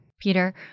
Peter